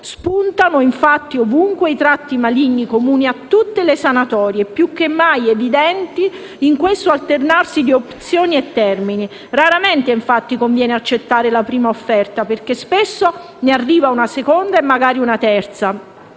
Spuntano, infatti, ovunque i tratti maligni comuni a tutte le sanatorie e più che mai evidenti in questo alternarsi di opzioni e termini: raramente conviene accettare la prima offerta, perché spesso ne arriva una seconda e magari una terza;